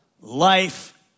life